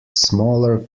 smaller